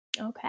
Okay